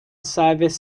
service